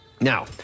Now